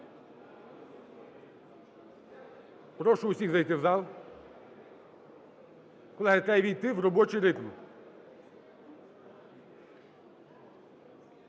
Прошу всіх зайти в зал. Колеги, треба увійти в робочий ритм.